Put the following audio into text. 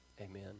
amen